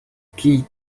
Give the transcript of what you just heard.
key